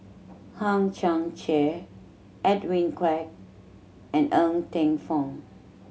Hang Chang Chieh Edwin Koek and Ng Teng Fong